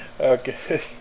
Okay